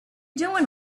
doing